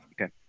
Okay